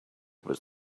was